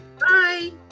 Bye